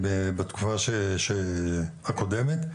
בתקופה הקודמת.